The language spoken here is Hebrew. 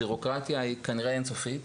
כנראה שהבירוקרטיה היא אינסופית,